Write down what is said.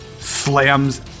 Slams